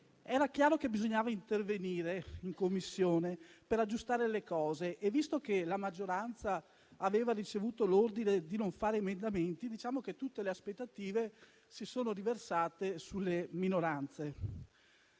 Era chiaro che bisognava intervenire in Commissione per aggiustare le cose e, visto che la maggioranza aveva ricevuto l'ordine di non fare emendamenti, tutte le aspettative si sono riversate sulle minoranze.